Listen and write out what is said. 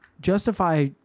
justify